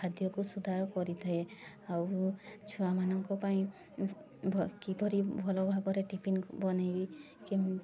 ଖାଦ୍ୟକୁ ସୁଧାର କରିଥାଏ ଆଉ ଛୁଆମାନଙ୍କ ପାଇଁ ଭ କିପରି ଭଲ ଭାବରେ ଟିପିନ୍ ବନାଇବି କେମ୍